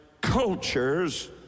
cultures